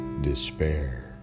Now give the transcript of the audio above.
despair